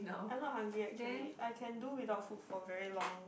I'm not hungry actually I can do without food very long